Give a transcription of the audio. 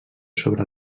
sobre